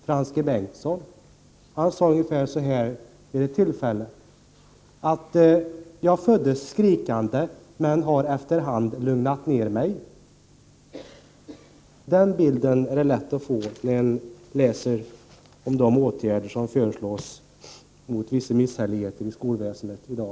Frans G. Bengtsson sade vid ett tillfälle: Jag föddes skrikande, men har efter hand lugnat ner mig. — Det är en bild som ligger nära till hands när man läser om de åtgärder som i budgetpropositionen föreslås mot vissa missförhållanden i skolväsendet i dag.